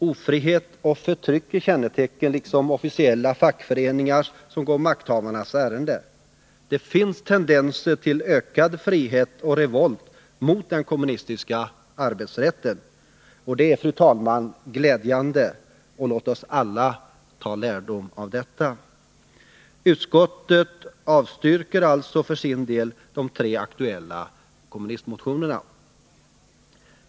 Ofrihet och förtryck är kännetecken, liksom officiella fackföreningar som går makthavarnas ärenden. Det finns tendenser till ökad frihet och revolt mot den kommunistiska arbetsrätten. Det är, fru talman, glädjande, och låt oss alla ta lärdom av detta. Utskottet avstyrker alltså för sin del de tre aktuella kommunistmotionerna.